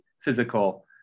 physical